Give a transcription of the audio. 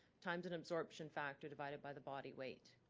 times an absorption factor, divided by the body weight.